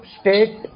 state